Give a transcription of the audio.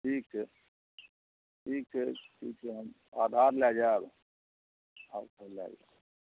ठीक छै ठीक छै ठीक छै हम आधार लए जएब हाथ मे लए लेब